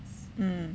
mm